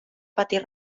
patir